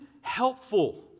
helpful